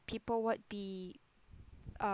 people would be